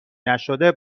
نشده